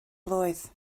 blwydd